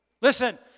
listen